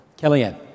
Kellyanne